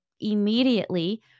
immediately